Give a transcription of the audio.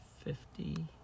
fifty